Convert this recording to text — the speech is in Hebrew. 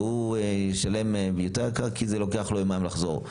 והוא ישלם יותר כי זה לוקח לו יומיים לחזור.